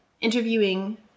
interviewing